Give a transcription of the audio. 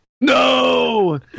No